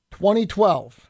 2012